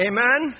Amen